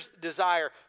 desire